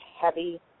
heavy